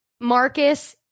Marcus